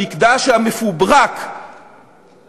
המקדש המפוברק,